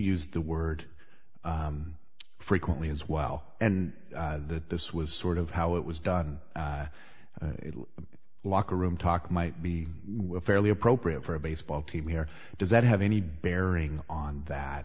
used the word frequently as well and that this was sort of how it was done in a locker room talk might be fairly appropriate for a baseball team here does that have any bearing on that